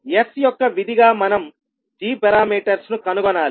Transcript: S యొక్క విధిగా మనం g పారామీటర్స్ ను కనుగొనాలి